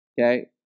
okay